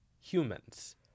humans